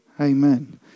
Amen